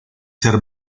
ser